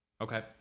Okay